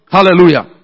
Hallelujah